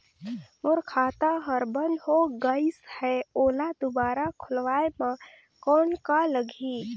मोर खाता हर बंद हो गाईस है ओला दुबारा खोलवाय म कौन का लगही?